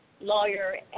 lawyer